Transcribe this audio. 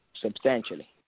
substantially